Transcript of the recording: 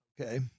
Okay